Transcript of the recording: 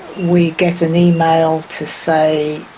we get an email to say,